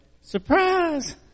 surprise